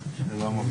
בדיוק.